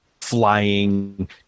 flying